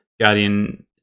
guardian